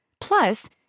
Plus